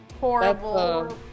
Horrible